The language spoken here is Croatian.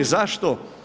Zašto?